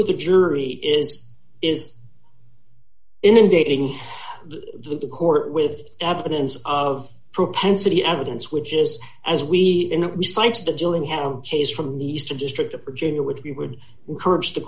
with the jury is is inundating the court with evidence of propensity evidence which is as we know we cited the dillingham case from the eastern district of virginia which we would encourage the